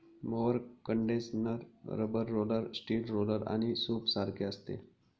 mower condenser rubber roller, steel roller आणि सूपसारखे असते